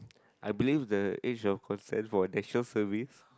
I believe that each of concept for National Service